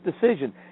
decision